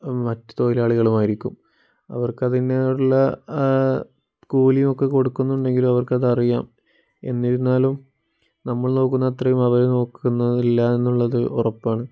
മറ്റു തൊഴിലാളികളുമായിരിക്കും അവർക്കതിൻ്റേതായിട്ടുള്ള കൂലിയും ഒക്കെ കൊടുക്കുന്നുണ്ടെങ്കിലും അവർക്കതറിയാം എന്നിരുന്നാലും നമ്മൾ നോക്കുന്ന അത്രയും അവർ നോക്കുന്നതല്ല എന്നുള്ളത് ഉറപ്പാണ്